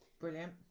brilliant